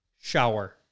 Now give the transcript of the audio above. Shower